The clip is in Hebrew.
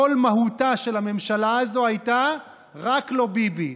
כל מהותה של הממשלה הזאת הייתה "רק לא ביבי".